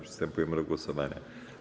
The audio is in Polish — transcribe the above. Przystępujemy do głosowania.